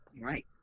right